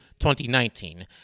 2019